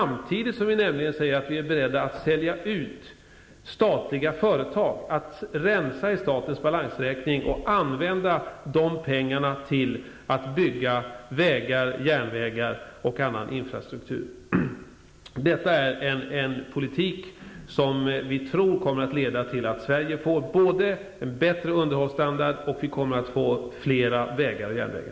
Vi säger nämligen samtidigt att vi är beredda att sälja ut statliga företag, att rensa i statens balansräkning och använda de pengarna till att bygga vägar, järnvägar och annan infrastruktur. Detta är en politik som vi tror kommer att leda till att Sverige får både en bättre underhållsstandard och fler vägar och järnvägar.